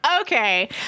okay